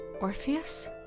Orpheus